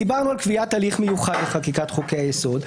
דיברנו על קביעת הליך מיוחד לחקיקת חוקי היסוד.